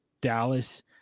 Dallas